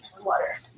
Water